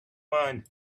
mind